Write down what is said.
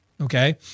Okay